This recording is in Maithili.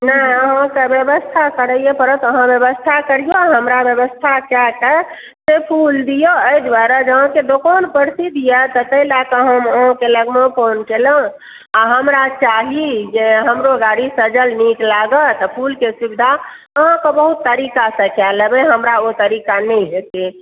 नहि अहाँके व्यवस्था करैयै पड़त अहाँ व्यवस्था करियो आ हमरा व्यवस्था कएके से फूल दियऽ एहि दुआरे जे अहाँके दोकान प्रसिद्ध यऽ तऽ ताहि लऽके हम अहाँके लगमे फोन केलहुॅं आ हमरा चाही जे हमरो गाड़ी सजल नीक लागत तऽ फूलके सुविधा अहाँ तऽ बहुत तरीका से कए लेबै हमरा ओ तरीका नहि हेतै